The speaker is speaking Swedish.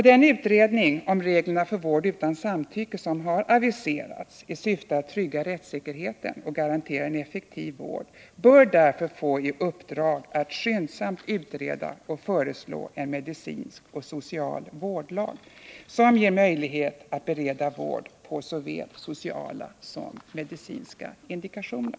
Den utredning om reglerna för vård utan samtycke som har aviserats i syfte att trygga rättssäkerheten och garantera effektiv vård bör därför få i uppdrag att skyndsamt utreda och föreslå en medicinsk vårdlag som ger möjlighet att bereda vård på såväl sociala som medicinska indikationer.